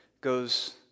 goes